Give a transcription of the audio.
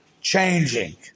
changing